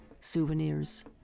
souvenirs